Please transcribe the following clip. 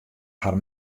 har